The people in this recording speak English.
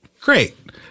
great